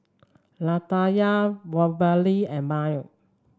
Latanya Waverly and Myer